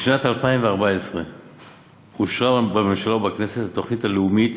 בשנת 2014 אושרה בממשלה ובכנסת התוכנית הלאומית